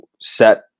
set